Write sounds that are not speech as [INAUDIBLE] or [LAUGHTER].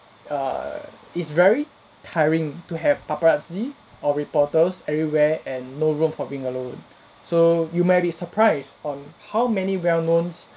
err it's very tiring to have paparazzi or reporters everywhere and no room for being alone [BREATH] so you may be surprised on how many well-knowns